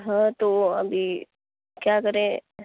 ہاں تو ابھی کیا کریں